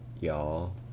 Y'all